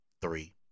three